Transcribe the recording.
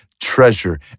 treasure